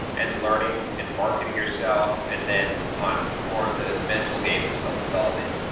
and learning, and marketing yourself, and then on more of the mental game, the self-development.